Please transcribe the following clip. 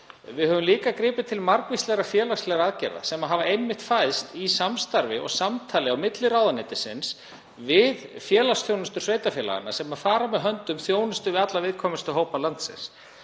Við höfum líka gripið til margvíslegra félagslegra aðgerða sem hafa fæðst í samstarfi og samtali á milli ráðuneytisins og félagsþjónustu sveitarfélaganna sem hefur með höndum þjónustu við alla viðkvæmustu hópa landsins.